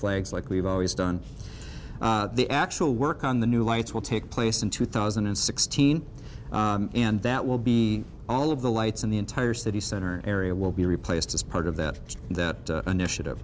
flags like we've always done the actual work on the new lights will take place in two thousand and sixteen and that will be all of the lights in the entire city center area will be replaced as part of the initiative